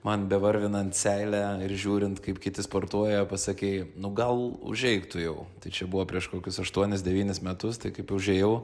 man be varvinant seilę ir žiūrint kaip kiti sportuoja pasakei nu gal užeik tu jau tai čia buvo prieš kokius aštuonis devynis metus tai kaip užėjau